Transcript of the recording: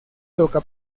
toca